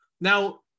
Now